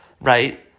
right